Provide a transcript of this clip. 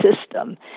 system